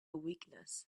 weakness